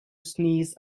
sneeze